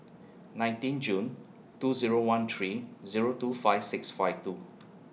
nineteen June two Zero one three Zero two five six five two